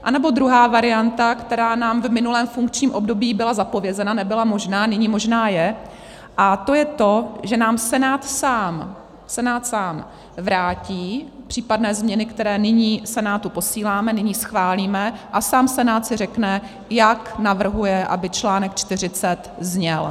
Anebo druhá varianta, která nám v minulém funkčním období byla zapovězena, nebyla možná, nyní možná je, to je to, že nám Senát sám vrátí případné změny, které nyní Senátu posíláme, nyní schválíme, a sám Senát si řekne, jak navrhuje, aby článek 40 zněl.